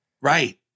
Right